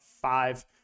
five